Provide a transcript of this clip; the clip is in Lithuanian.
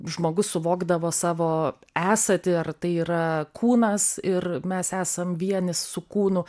žmogus suvokdavo savo esatį ar tai yra kūnas ir mes esam vienis su kūnu